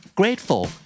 grateful